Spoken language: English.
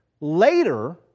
later